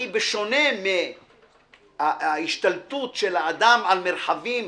היא בשונה מההשתלטות של האדם על מרחבים